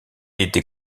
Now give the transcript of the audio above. était